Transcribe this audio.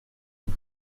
ans